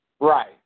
Right